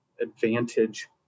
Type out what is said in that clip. advantage